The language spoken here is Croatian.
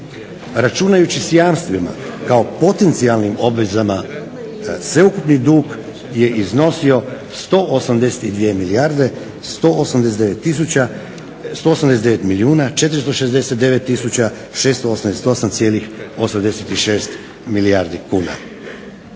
Računajući s jamstvima kao potencijalnim obvezama sveukupni dug je iznosio 182 milijarde, 189 milijuna 469 tisuća 688 cijelih 86 milijardi kuna.